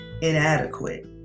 inadequate